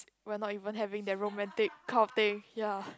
we are not even having that romantic kind of thing ya